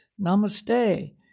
namaste